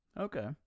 okay